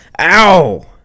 Ow